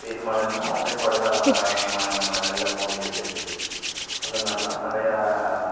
திடீரெனு மழைனா அவங்களே படுதாயெலாம் தராங்க நம்ம நம்ம நெல்லை மூடிக்கிறதுக்கு அந்த மாதிரிலாம் நிறையா